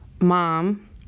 mom